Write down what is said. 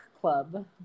club